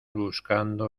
buscando